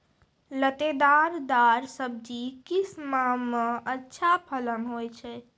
लतेदार दार सब्जी किस माह मे अच्छा फलन होय छै?